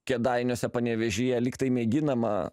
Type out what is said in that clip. kėdainiuose panevėžyje lygtai mėginama